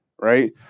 right